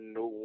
no